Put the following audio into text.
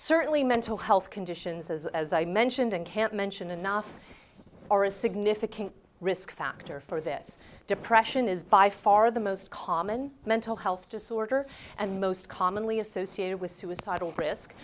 certainly mental health conditions as as i mentioned and can't mention enough or a significant risk factor for this depression is by far the most common mental health disorder and most commonly associated with suicidal risk